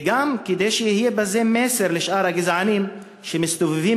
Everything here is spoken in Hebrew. וגם כדי שיהיה בזה מסר לשאר הגזענים שמסתובבים